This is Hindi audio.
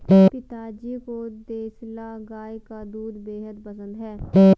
पिताजी को देसला गाय का दूध बेहद पसंद है